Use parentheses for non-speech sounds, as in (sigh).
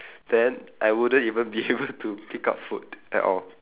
then I wouldn't even be (laughs) able to pick up food at all